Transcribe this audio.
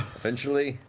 eventually,